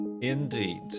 Indeed